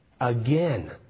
Again